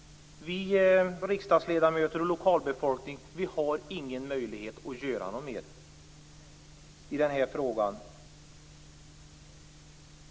Vi riksdagsledamöter och lokalbefolkningen har ingen möjlighet att göra något mer i denna fråga.